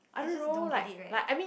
I just don't get it right